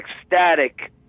ecstatic